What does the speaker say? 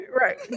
Right